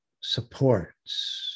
supports